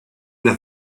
las